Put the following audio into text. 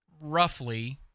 roughly –